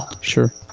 Sure